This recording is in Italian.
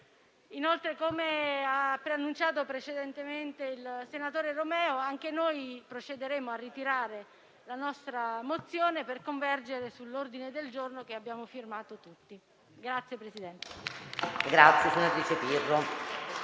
Inoltre, come ha annunciato precedentemente il senatore Romeo, anche noi procederemo a ritirare la nostra mozione per convergere sull'ordine del giorno che abbiamo tutti firmato.